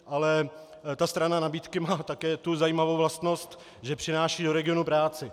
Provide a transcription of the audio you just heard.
Ale ta strana nabídky má také tu zajímavou vlastnost, že přináší do regionu práci.